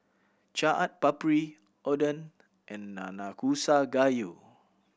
Chaat Papri Oden and Nanakusa Gayu